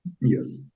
yes